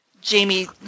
Jamie